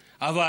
התושבים.